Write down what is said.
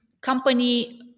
company